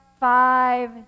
Five